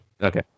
Okay